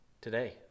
today